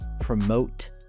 promote